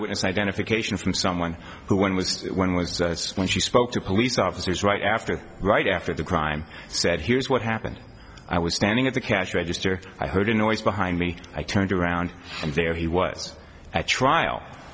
witness identification from someone who when was when was when she spoke to police officers right after right after the crime said here's what happened i was standing at the cash register i heard a noise behind me i turned around and there he was at trial